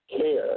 care